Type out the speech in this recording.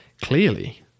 Clearly